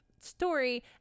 story